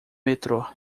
metrô